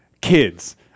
kids